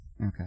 Okay